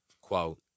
Quote